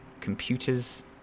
computers